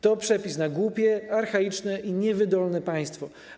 To przepis na głupie, archaiczne i niewydolne państwo.